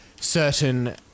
certain